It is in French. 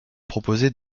proposer